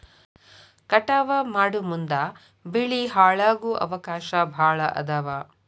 ಕಟಾವ ಮಾಡುಮುಂದ ಬೆಳಿ ಹಾಳಾಗು ಅವಕಾಶಾ ಭಾಳ ಅದಾವ